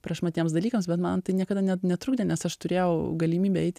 prašmatniems dalykams bet man tai niekada ne netrukdė nes aš turėjau galimybę eit